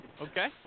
Okay